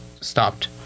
stopped